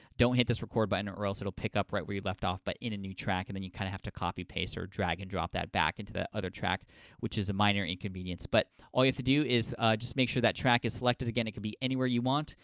don't hit this record button or else it'll pick up right where you left off, but in a new track and then you can kind of have to copy, paste or drag and drop that back into that other track which is a minor inconvenience. but all you have to do is just make sure that track is selected. again, it could be anywhere you want,